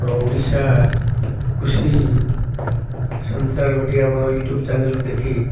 ଓଡ଼ିଶା କୃଷି ସଞ୍ଚାର ଗୋଟିଏ ଆମର ୟୁ ଟ୍ୟୁବ୍ ଚ୍ୟାନେଲ୍ ଦେଖି